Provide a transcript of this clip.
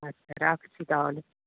আচ্ছা রাখছি তাহলে